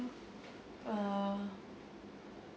uh